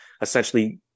essentially